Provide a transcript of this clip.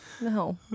No